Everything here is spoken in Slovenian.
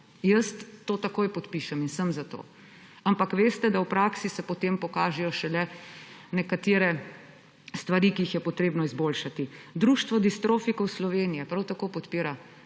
Jaz to takoj podpišem in sem za to. Ampak veste, da šele v praksi se potem pokažejo nekatere stvari, ki jih je treba izboljšati. Društvo distrofikov Slovenije prav tako podpira